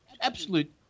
absolute